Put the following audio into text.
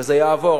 וזה יעבור,